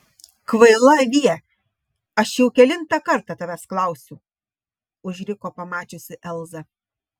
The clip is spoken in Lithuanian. kvaila avie aš jau kelintą kartą tavęs klausiu užriko pamačiusi elzą